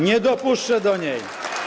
Nie dopuszczę do niej.